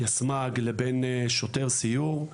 יסמ"ג לבין שוטר סיור.